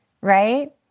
right